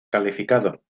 calificado